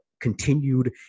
continued